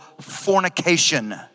fornication